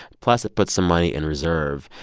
plus, it puts some money in reserve.